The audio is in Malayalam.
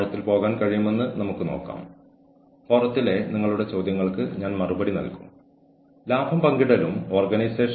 എന്നാൽ മുഴുവൻ പാനലും ആ ആളുകളെ ഉൾക്കൊള്ളുന്നുവെങ്കിൽ അപ്പോൾ ജോലി കിട്ടാത്തവർ പറയും ഇവർ വേറെ കമ്മ്യൂണിറ്റിയിൽ പെട്ടവരാണ് എന്ന്